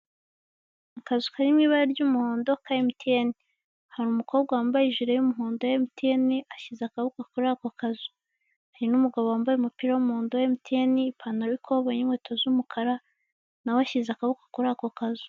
Akazu kari mu ibara ry'umuhondo ka Mtn, hari umukobwa wambaye ijire y'umuhondo ya Mtn ashyize akaboko kuri ako kazu, hari n'umugabo wambaye umupira w'umuhondo wa Mtn, ipantaro y'ikoboyi n'inkweto z'umukara nawe ashyize amaboko kuri ako kazu.